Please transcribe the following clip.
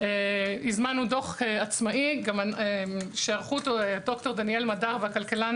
הזמנו דוח עצמאי שערכו אותו ד"ר דניאל מדר והכלכלן